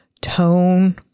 tone